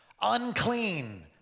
unclean